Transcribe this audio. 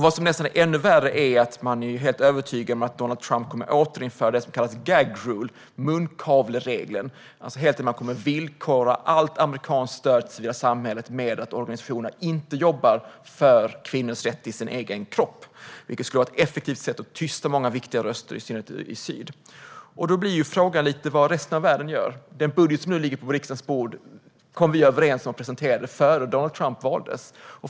Vad som nästan är ännu värre är att man är helt övertygad om att Donald Trump kommer att återinföra det som kallas "gag rule", munkavleregeln. Man kommer att villkora allt amerikanskt stöd till det civila samhället med att organisationerna inte ska jobba för kvinnors rätt till sin egen kropp, vilket skulle vara ett effektivt sätt att tysta många viktiga röster, i synnerhet i syd. Då blir frågan vad resten av världen gör. Den budget som nu ligger på riksdagens bord kom vi överens om och presenterade innan Donald Trump valdes.